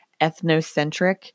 ethnocentric